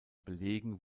belegen